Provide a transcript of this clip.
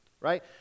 Right